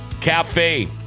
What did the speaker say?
Cafe